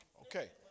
Okay